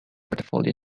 portfolio